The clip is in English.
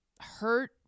hurt